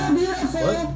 beautiful